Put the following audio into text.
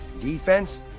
defense